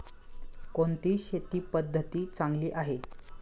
कोणती शेती पद्धती चांगली आहे?